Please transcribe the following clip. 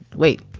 wait.